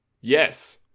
Yes